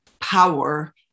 power